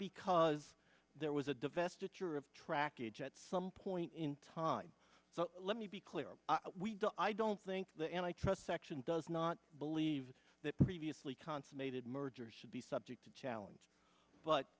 because there was a divestiture of trackage at some point in time so let me be clear i don't think the antitrust section does not believe that previously consummated merger should be subject to challenge but